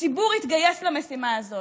הציבור התגייס למשימה הזאת,